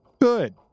Good